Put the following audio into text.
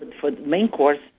and for the main course,